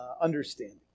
understanding